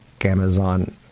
Amazon